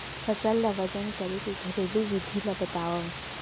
फसल ला वजन करे के घरेलू विधि ला बतावव?